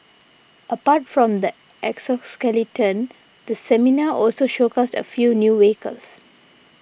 apart from the exoskeleton the seminar also showcased a few new vehicles